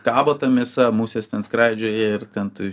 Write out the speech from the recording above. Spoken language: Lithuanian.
kabo ta mėsa musės ten skraidžioja ir ten tu